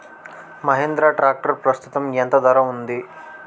Mahindra tractor ప్రస్తుతం ఎంత ధర ఉంది?